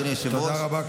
אדוני היושב-ראש,